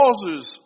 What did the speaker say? causes